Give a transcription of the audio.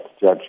Judge